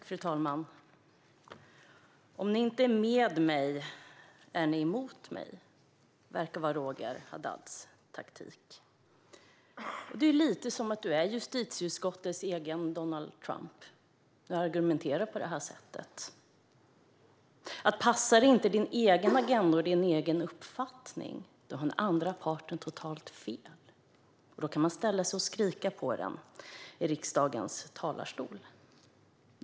Fru talman! Om ni inte är med mig är ni emot mig, verkar vara Roger Haddads taktik. Det är lite som att du är justitieutskottets egen Donald Trump, Roger Haddad, när du argumenterar på det sättet. Om det inte passar din egen agenda och uppfattning har den andra parten totalt fel. Då kan man ställa sig och skrika på den i riksdagens talarstol.